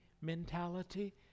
mentality